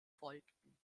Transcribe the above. folgten